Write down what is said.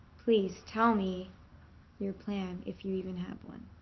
please, tell me your plan. if you even have one.